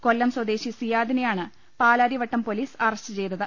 കൊല്ലം സ്വദേശി സിയാദിനെയാണ് Palarivattom police arrest ചെയ്തത്